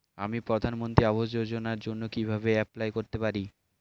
আমি প্রধানমন্ত্রী আবাস যোজনার জন্য কিভাবে এপ্লাই করতে পারি?